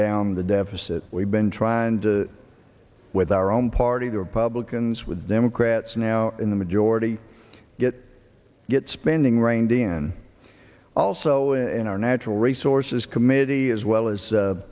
down the deficit we've been trying to with our own party the republicans with democrats now in the majority get get spending reined in also in our natural resources committee as well as